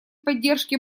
поддержке